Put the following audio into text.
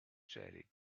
jelly